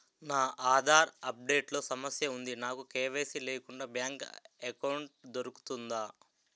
నా Aadhaar update లో సమస్య వుంది నాకు కే.వై.సీ లేకుండా బ్యాంక్ ఎకౌంట్దొ రుకుతుందా?